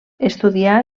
estudià